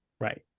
Right